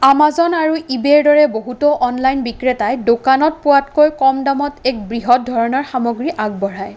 Amazon আৰু ইবেৰ দৰে বহুতো অনলাইন বিক্ৰেতাই দোকানত পোৱাতকৈ কম দামত এক বৃহৎ ধৰণৰ সামগ্ৰী আগবঢ়ায়